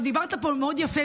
דיברת פה מאוד יפה,